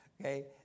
Okay